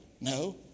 no